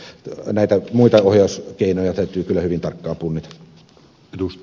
eli näitä muita ohjauskeinoja täytyy kyllä hyvin tarkkaan punnita